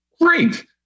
Great